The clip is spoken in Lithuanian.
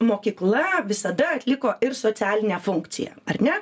mokykla visada atliko ir socialinę funkciją ar ne